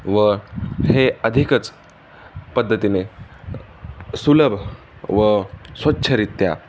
व हे अधिकच पद्धतीने सुलभ व स्वच्छरित्या